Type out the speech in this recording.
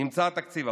נמצא תקציב.